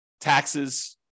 taxes